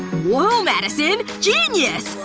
whoa, madison! genius!